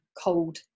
cold